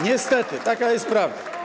Niestety taka jest prawda.